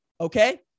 okay